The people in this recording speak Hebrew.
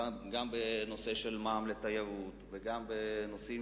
גם בנושא המע"מ על תיירות וגם בנושאים